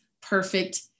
perfect